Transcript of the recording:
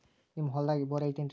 ನಿಮ್ಮ ಹೊಲ್ದಾಗ ಬೋರ್ ಐತೇನ್ರಿ?